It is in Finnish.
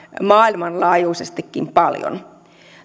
maailmanlaajuisestikin paljon